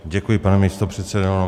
Děkuji, pane místopředsedo.